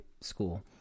school